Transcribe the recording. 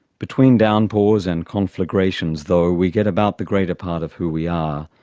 between downpours and conflagrations though, we get about the greater part of who we are,